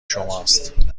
شماست